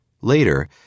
Later